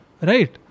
Right